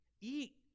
eat